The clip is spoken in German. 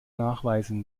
nachweisen